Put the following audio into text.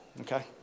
okay